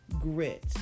grit